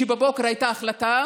שבבוקר הייתה החלטה